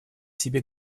себе